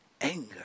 anger